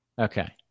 Okay